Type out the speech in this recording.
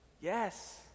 Yes